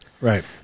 Right